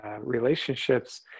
relationships